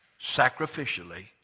sacrificially